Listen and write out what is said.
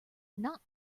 not